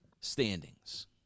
standings